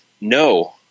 no